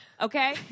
okay